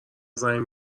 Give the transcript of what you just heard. زنگ